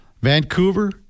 Vancouver